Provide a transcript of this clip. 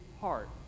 heart